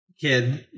kid